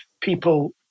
people